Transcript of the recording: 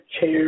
chair